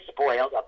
spoiled